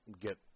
get